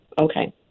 okay